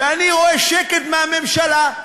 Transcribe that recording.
ואני רואה שקט מהממשלה,